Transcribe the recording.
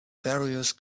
darius